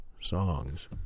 songs